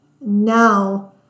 now